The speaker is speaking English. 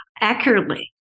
accurately